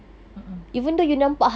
a'ah